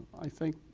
i think